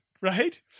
right